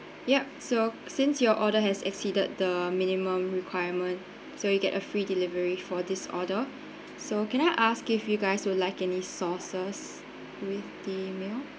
ya so since your order has exceeded the minimum requirement so you get a free delivery for this order so can I ask if you guys will like any sauces with the meal